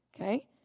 okay